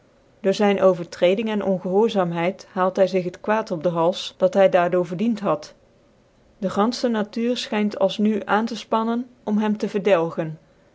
door zyn overtrecding en ongehoorzaamheid haald hy zig het quaad op den hals dat hy daar door verdient had dc ganfehc natuur schynt als nu aan te fpannen om hem te verdelgen